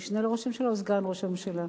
משנה לראש הממשלה או סגן לראש הממשלה?